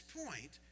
point